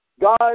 God